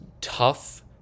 tough